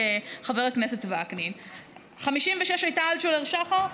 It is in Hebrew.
חבר הכנסת וקנין: 56% הייתה אלטשולר שחם,